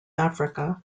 africa